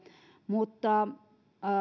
mutta ajattelen